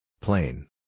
Plain